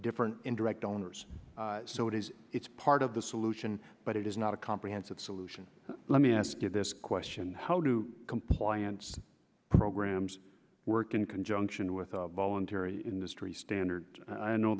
different indirect donors so it is it's part of the solution but it is not a comprehensive solution let me ask you this question how do compliance programs work in conjunction with the voluntary industry standard